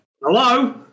Hello